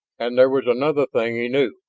and there was another thing he knew